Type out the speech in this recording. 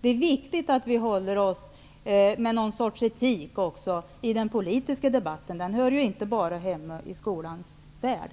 Det är viktigt att vi håller oss med någon sorts etik också i den politiska debatten. Den hör inte bara hemma i skolans värld.